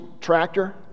tractor